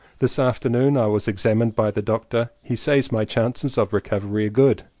this afternoon i was examined by the doctor. he says my chances of recovery are good.